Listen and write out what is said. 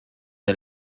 der